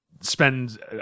spend